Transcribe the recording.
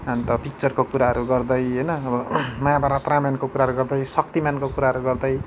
अन्त पिक्चरको कुराहरू गर्दै होइन अब महाभारत रामायणको कुराहरू गर्दै शक्तिमानको कुराहरू गर्दै